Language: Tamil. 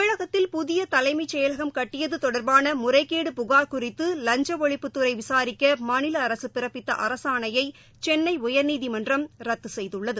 தமிழகத்தில் புதியதலைமைச்செயலகம் கட்டியதுதொடர்பானமுறைகேடு புகார் குறித்துலஞ்சஒழிப்புத்துறைவிசாரிக்கமாநிலஅரசுபிறப்பித்தஅரசாணையைசென்னைஉயர்நீதிமன்றம் ரத்துசெய்துள்ளது